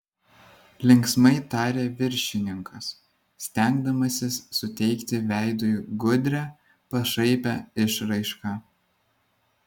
linksmai tarė viršininkas stengdamasis suteikti veidui gudrią pašaipią išraišką